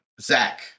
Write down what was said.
Zach